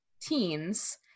teens